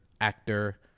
Actor